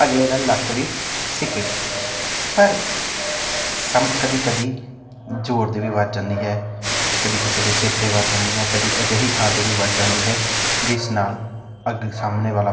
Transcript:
ਅਗਲੇ ਦਾ ਲੱਕ ਵੀ ਸਿਕੇ ਪਰ ਸਮ ਕਦੀ ਕਦੀ ਜੋਰ ਦੀ ਵੀ ਵੱਜ ਜਾਂਦੀ ਹੈ ਕਦੀ ਕਿਸੇ ਦੇ ਸਿਰ 'ਤੇ ਵੱਜ ਜਾਂਦੀ ਹੈ ਕਦੀ ਅਜਿਹੀ ਥਾਂ 'ਤੇ ਵੀ ਵੱਜ ਜਾਂਦੀ ਹੈ ਜਿਸ ਨਾਲ ਅੱਗ ਸਾਹਮਣੇ ਵਾਲਾ